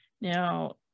Now